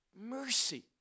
Mercy